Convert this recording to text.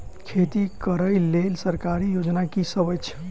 खेती करै लेल सरकारी योजना की सब अछि?